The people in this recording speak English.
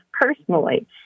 personally